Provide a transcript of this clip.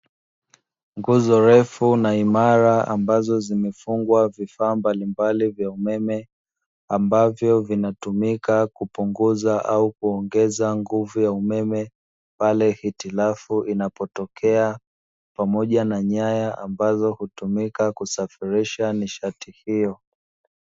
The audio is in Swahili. Nguzo ndefu na imara, ambazo zimefungwa vifaa mbalimbali vya umeme, ambavyo vinatumika kupunguza au kuongeza nguvu ya umeme, pale hitilafu inapotokea, pamoja na nyaya ambazo hutumika kusafirisha nishati hiyo.